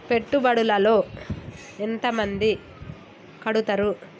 పెట్టుబడుల లో ఎంత మంది కడుతరు?